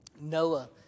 Noah